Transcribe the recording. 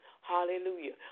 Hallelujah